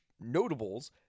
notables